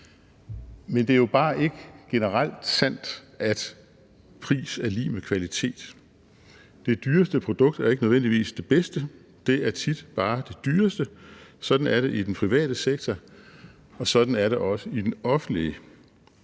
Men det er jo bare ikke generelt sandt, at pris er lig med kvalitet. Det dyreste produkt er ikke nødvendigvis det bedste. Det er tit bare det dyreste. Sådan er det i den private sektor, og sådan er det også i den offentlige.